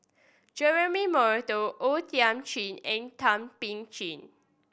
Jeremy Monteiro O Thiam Chin and Thum Ping Tjin